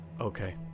Okay